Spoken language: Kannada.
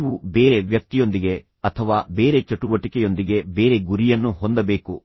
ನೀವು ಬೇರೆ ವ್ಯಕ್ತಿಯೊಂದಿಗೆ ಅಥವಾ ಬೇರೆ ಚಟುವಟಿಕೆಯೊಂದಿಗೆ ಬೇರೆ ಗುರಿಯನ್ನು ಹೊಂದಬೇಕು